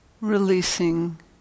releasing